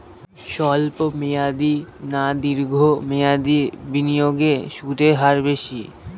স্বল্প মেয়াদী না দীর্ঘ মেয়াদী বিনিয়োগে সুদের হার বেশী?